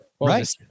Right